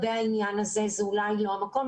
זה אולי לא המקום,